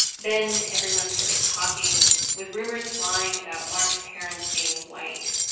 then everyone started talking, with rumors flying about mark's parents being white.